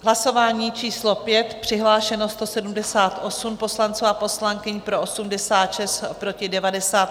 Hlasování číslo 5, přihlášeno 178 poslanců a poslankyň, pro 86, proti 90.